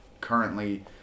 currently